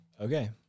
Okay